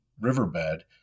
riverbed